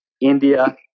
India